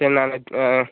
சரி நாங்கள் ஆ